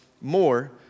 more